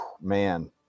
Man